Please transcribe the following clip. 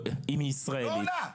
היא לא עולה חדשה.